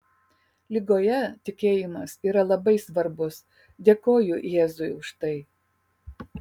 ligoje tikėjimas yra labai svarbus dėkoju jėzui už tai